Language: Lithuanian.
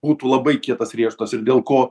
būtų labai kietas riešutas ir dėl ko